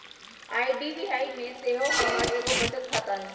IDBI में सेहो हमर एगो बचत खता हइ